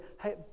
hey